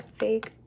fake